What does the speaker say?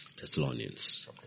Thessalonians